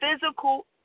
physical